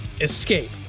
escape